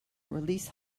release